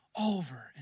over